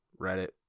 Reddit